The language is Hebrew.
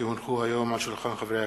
כי הונחו היום על שולחן הכנסת,